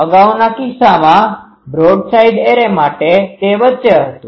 અગાઉના કિસ્સામાં broadside array માટે તે વચ્ચે હતું